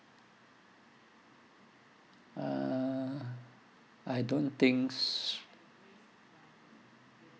uh I don't think